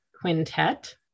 Quintet